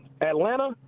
Atlanta